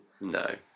No